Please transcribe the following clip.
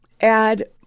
add